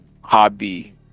hobby